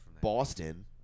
Boston –